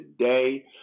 today